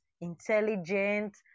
intelligent